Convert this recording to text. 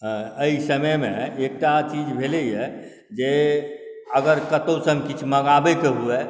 अहि समयमे एकटा चीज भेलैए जे अगर कतहुसँ किछु मँगाबैके हुअए